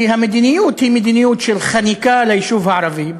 כי המדיניות היא מדיניות של חניקה ליישוב הערבי,